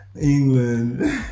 England